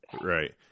Right